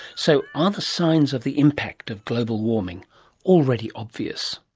so are the signs of the impact of global warming already obvious?